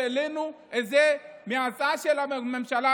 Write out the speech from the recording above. והעלינו את זה מההצעה של הממשלה,